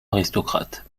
aristocrate